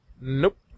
Nope